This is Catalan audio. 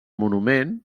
monument